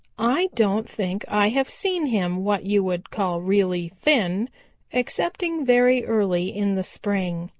i don't think i have seen him what you would call really thin excepting very early in the spring.